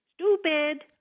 Stupid